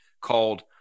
called